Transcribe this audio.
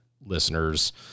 listeners